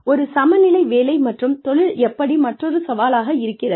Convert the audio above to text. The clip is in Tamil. ஒரு சமநிலை வேலை மற்றும் தொழில் எப்படி மற்றொரு சவாலாக இருக்கிறது